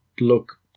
look